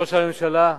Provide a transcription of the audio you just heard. ראש הממשלה,